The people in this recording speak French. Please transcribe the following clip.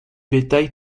bétail